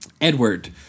Edward